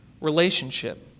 relationship